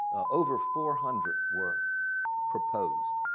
over four hundred were proposed.